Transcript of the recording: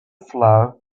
flower